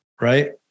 Right